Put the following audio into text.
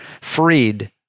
freed